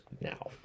now